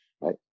right